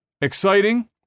exciting